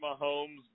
Mahomes